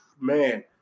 man